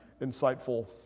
insightful